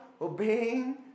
obeying